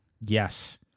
Yes